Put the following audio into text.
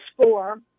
score